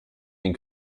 den